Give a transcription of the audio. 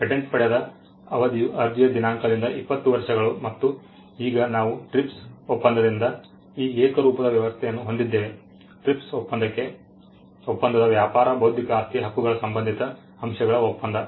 patent ಪಡೆದ ಅವಧಿಯು ಅರ್ಜಿಯ ದಿನಾಂಕದಿಂದ 20 ವರ್ಷಗಳು ಮತ್ತು ಈಗ ನಾವು TRIPS ಒಪ್ಪಂದದಿಂದ ಈ ಏಕರೂಪದ ವ್ಯವಸ್ಥೆಯನ್ನು ಹೊಂದಿದ್ದೇವೆ TRIPS ಒಪ್ಪಂದ ವ್ಯಾಪಾರ ಬೌದ್ಧಿಕ ಆಸ್ತಿಯ ಹಕ್ಕುಗಳ ಸಂಬಂಧಿತ ಅಂಶಗಳ ಒಪ್ಪಂದ